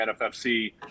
NFFC